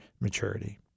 maturity